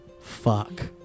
Fuck